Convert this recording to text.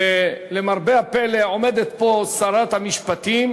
למרבה הפלא, עומדת פה שרת המשפטים